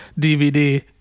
dvd